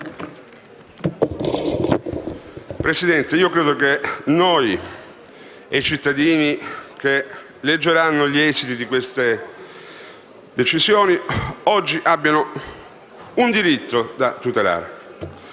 Presidente, io credo che noi e i cittadini che leggeranno gli esiti di queste decisioni oggi abbiamo un diritto da tutelare,